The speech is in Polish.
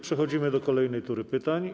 Przechodzimy do kolejnej tury pytań.